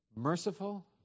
merciful